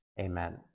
Amen